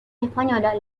española